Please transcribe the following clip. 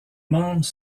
membres